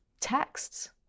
texts